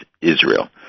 Israel